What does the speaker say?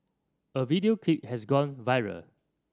a video clip has gone viral